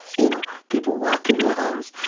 you know people walk into the house,